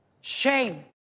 Shame